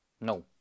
No